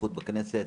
שליחות בכנסת.